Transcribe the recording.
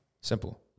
Simple